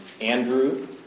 Andrew